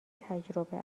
تجربه